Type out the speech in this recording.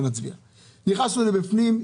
נכנסנו בפנים,